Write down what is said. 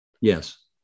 Yes